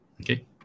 Okay